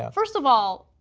ah first of all,